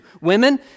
Women